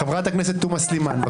חברת הכנסת גוטליב, תודה.